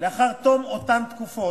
לאחר תום אותן תקופות,